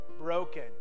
broken